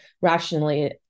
rationally